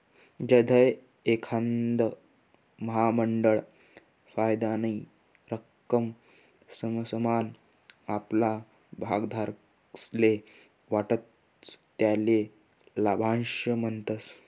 जधय एखांद महामंडळ फायदानी रक्कम समसमान आपला भागधारकस्ले वाटस त्याले लाभांश म्हणतस